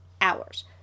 hours